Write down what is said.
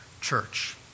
church